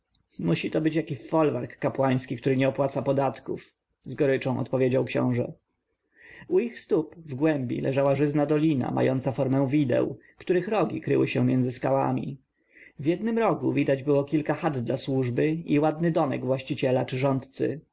musi to być jakiś folwark kapłański który nie opłaca podatków z goryczą odpowiedział książę u ich stóp w głębi leżała żyzna dolina mająca formę wideł których rogi kryły się między skałami w jednym rogu widać było kilka chat dla służby i ładny domek właściciela czy rządcy